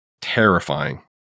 Terrifying